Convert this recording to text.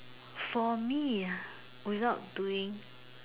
for me without doing